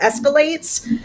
escalates